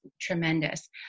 tremendous